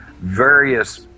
various